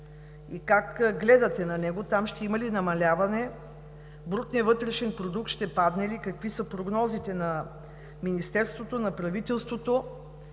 Как гледате на него? Там ще има ли намаляване? Брутният вътрешен продукт ще падне ли? Какви са прогнозите на Министерството и на правителството?